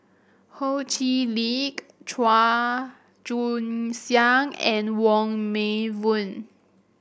Ho Chee Lick Chua Joon Siang and Wong Meng Voon